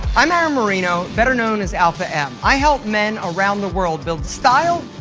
i'm aaron marino, better known as alpha m. i help men around the world build style,